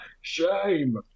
Shame